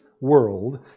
world